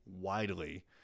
widely